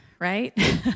right